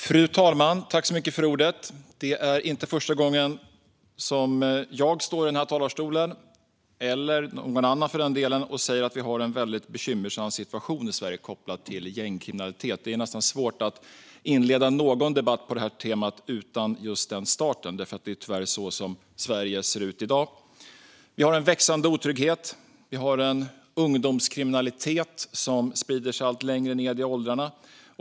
Fru talman! Det är inte första gången jag eller någon annan står i den här talarstolen och säger att vi har en väldigt bekymmersam situation i Sverige kopplad till gängkriminalitet. Det är nästan svårt att inleda någon debatt på det här temat utan just den starten. Det är tyvärr så det ser ut i Sverige i dag. Vi har en växande otrygghet. Vi har en ungdomskriminalitet som sprider sig allt längre ned i åldrarna.